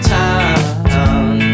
town